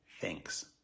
thanks